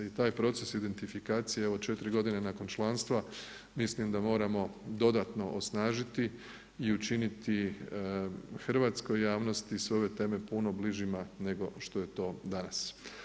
I taj proces identifikacije, evo 4 godine nakon članstva mislim da moramo dodatno osnažiti i učiniti hrvatskoj javnosti sve ove teme puno bližima nego što je to danas.